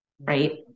Right